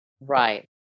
Right